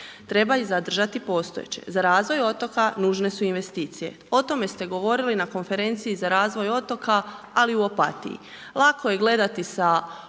Treba i zadržati postojeće. Za razvoj otoka nužne su investicije. O tome ste govorili na konferenciji za razvoj otoka, ali u Opatiji. Lako je gledati sa